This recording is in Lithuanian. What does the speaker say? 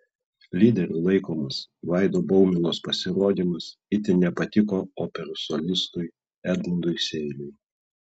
lyderiu laikomas vaido baumilos pasirodymas itin nepatiko operos solistui edmundui seiliui